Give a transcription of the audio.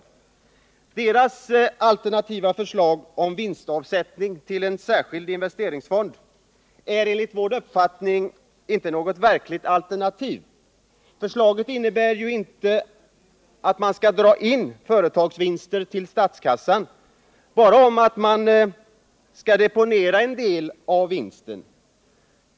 Socialdemokraternas alternativa förslag om vinstavsättning till en särskild investeringsfond är emellertid enligt vår uppfattning inte något verkligt alternativ — förslaget innebär ju inte att man skall dra in företagsvinster till statskassan, utan bara att man skall deponera en del av vinsten.